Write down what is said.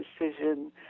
decision